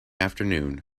afternoon